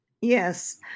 Yes